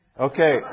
Okay